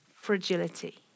fragility